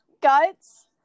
guts